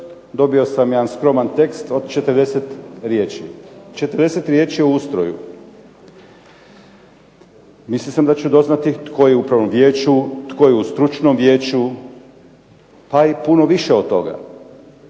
dobio sam jedan skroman tekst od 40 riječi. 40 riječi o ustroju. Mislio sam da ću doznati tko je u Upravnom vijeću, tko je u Stručnom vijeću, a i puno više od toga.